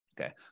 Okay